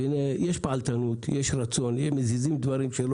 יש פעלתנות, יש רצון, מזיזים דברים.